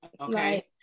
Okay